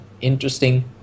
interesting